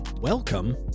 welcome